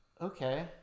okay